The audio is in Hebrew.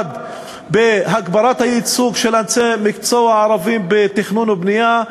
1. בהגברת הייצוג של אנשי מקצוע ערבים בתכנון ובנייה,